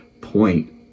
point